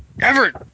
Everett